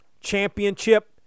championship